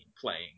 playing